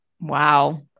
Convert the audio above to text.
Wow